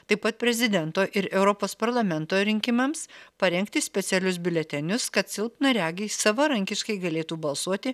taip pat prezidento ir europos parlamento rinkimams parengti specialius biuletenius kad silpnaregiai savarankiškai galėtų balsuoti